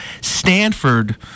Stanford